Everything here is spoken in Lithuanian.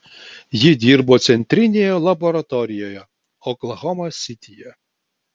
ji dirbo centrinėje laboratorijoje oklahoma sityje